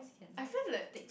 I feel like